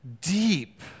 deep